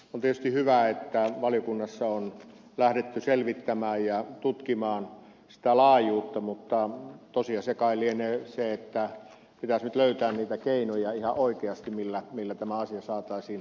on tietysti hyvä että valiokunnassa on lähdetty selvittämään ja tutkimaan sen laajuutta mutta tosiasia kai lienee se että nyt pitäisi löytää ihan oikeasti niitä keinoja millä tämä asia saataisiin oikaistua